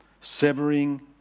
severing